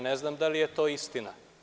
Ne znam da li je to istina.